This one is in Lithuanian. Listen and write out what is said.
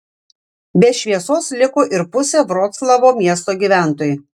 be šviesos liko ir pusė vroclavo miesto gyventojų